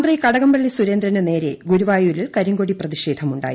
മന്ത്രി കടകംപള്ളി സുരേന്ദ്രന് നേരെ ഗുരുവായൂരിൽ കരിങ്കൊടി പ്രതിഷേധം ഉണ്ടായി